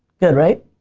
good, right?